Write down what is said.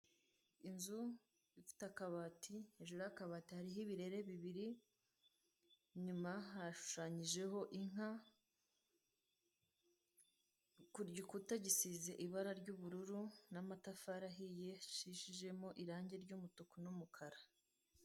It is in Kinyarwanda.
Inzu ifite akabati, hejuru y'akabati hariho ibirere bibiri, inyuma hashushanyije inka, ku gikuta gisize ibara ry'ubururu n'amatafari ahiye ricishijemo irangi ry'umutuku n'umukara.